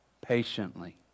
patiently